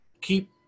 Keep